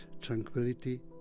tranquility